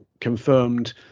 confirmed